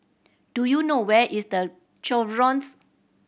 do you know where is The Chevrons